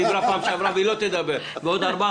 והבעיה